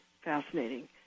fascinating